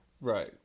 Right